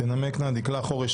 תנמקנה דקלה חורש,